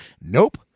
nope